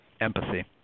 Empathy